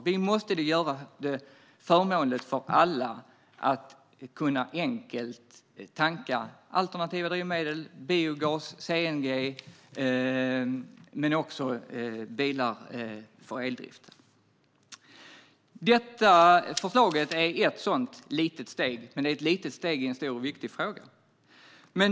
Vi måste göra det förmånligt för alla att enkelt kunna tanka alternativa drivmedel, biogas och CNG, och det handlar även om bilar med eldrift. Detta förslag är ett sådant litet steg, men det är ett litet steg i en stor och viktig fråga.